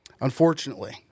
Unfortunately